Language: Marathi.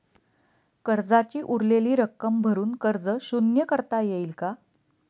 कर्जाची उरलेली रक्कम भरून कर्ज शून्य करता येईल का?